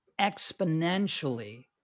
exponentially